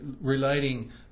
relating